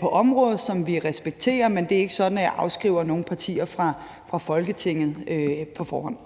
på området, som vi respekterer. Men det er ikke sådan, at jeg afskriver nogen partier i Folketinget på forhånd.